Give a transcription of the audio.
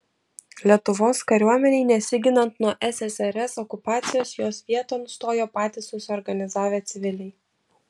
lietuvos kariuomenei nesiginant nuo ssrs okupacijos jos vieton stojo patys susiorganizavę civiliai